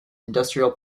industrial